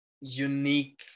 unique